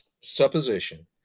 supposition